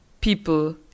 people